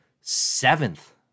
seventh